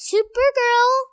Supergirl